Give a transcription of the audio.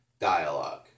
dialogue